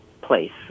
place